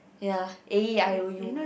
ya A E I O U